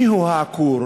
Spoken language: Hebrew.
מיהו העקור?